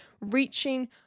reaching